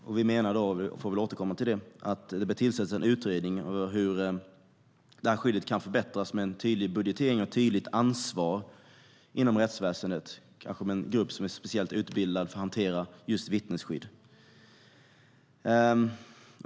Vi anser, vilket vi får återkomma till, att det bör tillsättas en utredning om hur detta skydd kan förbättras och med en tydlig budgetering och ett tydligt ansvar inom rättsväsendet, kanske med en grupp som är speciellt utbildad för att hantera just vittnesskydd.